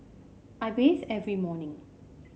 I bathe every morning